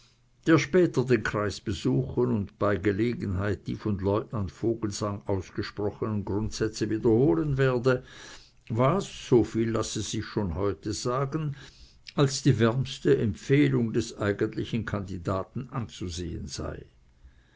der später den kreis besuchen und bei der gelegenheit die von lieutenant vogelsang ausgesprochenen grundsätze wiederholen werde was soviel lasse sich schon heute sagen als die wärmste empfehlung des eigentlichen kandidaten anzusehen sei